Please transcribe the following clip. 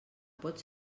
pot